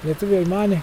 lietuviai manė